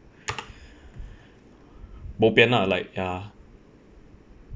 bobian lah like ya